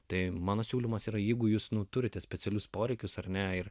tai mano siūlymas yra jeigu jūs nu turite specialius poreikius ar ne ir